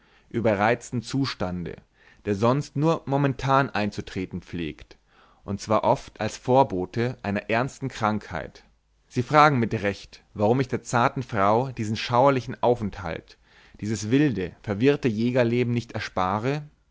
überreizten zustande der sonst nur momentan einzutreten pflegt und zwar oft als vorbote einer ernsten krankheit sie fragen mit recht warum ich der zarten frau diesen schauerlichen aufenthalt dieses wilde verwirrte jägerleben nicht erspare